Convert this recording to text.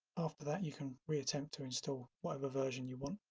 after that, you can reattempt to install whatever version you want.